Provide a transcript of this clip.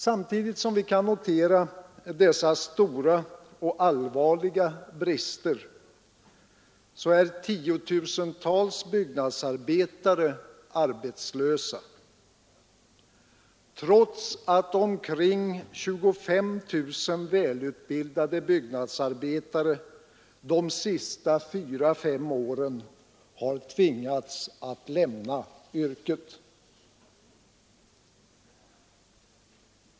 Samtidigt som vi kan notera dessa stora och allvarliga brister är tiotusentals byggnadsarbetare arbetslösa — trots att omkring 25 000 välutbildade byggnadsarbetare de senaste fyra fem åren har tvingats att lämna yrket.